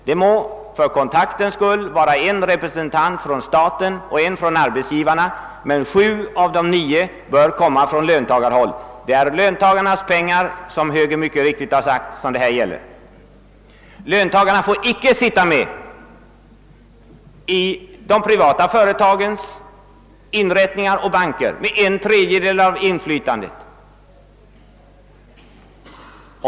Det må för kontaktens skull vara en representant för staten och en för arbetsgivarna i fondförvaltningen, men sju av de nio ledamöterna bör komma från löntagarhåll, ty det är, såsom högern så riktigt framhållit, löntagarnas pengar det gäller. Löntagarna har icke i de privata företagen, kreditinstitutioner och banker en representation som ger en tredjedel av inflytandet.